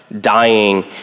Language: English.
dying